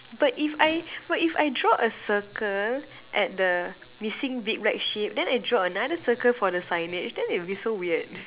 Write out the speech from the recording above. but if I but if I draw a circle at the missing big black sheep then I draw another circle for the signage then it would be so weird